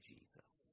Jesus